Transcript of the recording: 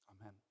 Amen